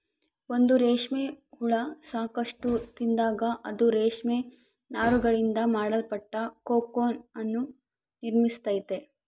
ಒಂದು ರೇಷ್ಮೆ ಹುಳ ಸಾಕಷ್ಟು ತಿಂದಾಗ, ಅದು ರೇಷ್ಮೆ ನಾರುಗಳಿಂದ ಮಾಡಲ್ಪಟ್ಟ ಕೋಕೂನ್ ಅನ್ನು ನಿರ್ಮಿಸ್ತೈತೆ